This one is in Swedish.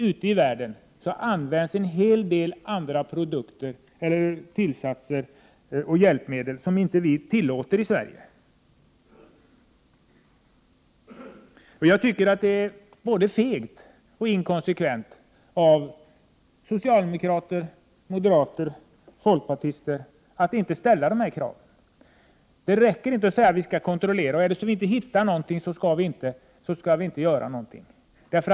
Ute i världen används en hel del tillsatser och hjälpmedel som inte tillåts i Sverige. Jag tycker att det är både fegt och inkonsekvent av socialdemokraterna, moderaterna och folkpartisterna att inte instämma i de krav som jag här har nämnt. Det är inte tillräckligt att bara säga att det skall vara en kontroll och att inga åtgärder behövs om kontrollen inte visar på några felaktigheter.